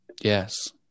yes